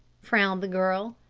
frowned the girl.